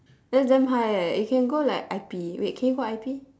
that's damn high eh you can go like I_P wait can you go I_P